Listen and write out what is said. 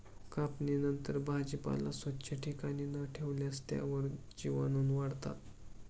कापणीनंतर भाजीपाला स्वच्छ ठिकाणी न ठेवल्यास त्यावर जीवाणूवाढतात